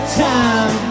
time